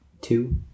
Two